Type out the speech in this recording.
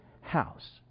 house